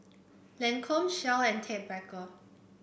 Lancome Shell and Ted Baker